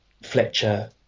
fletcher